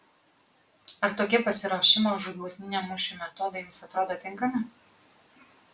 ar tokie pasiruošimo žūtbūtiniam mūšiui metodai jums atrodo tinkami